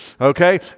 okay